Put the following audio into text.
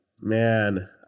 man